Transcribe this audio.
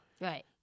Right